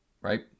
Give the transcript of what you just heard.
right